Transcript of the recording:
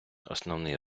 основний